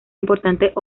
importantes